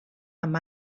amb